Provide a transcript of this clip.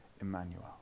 Emmanuel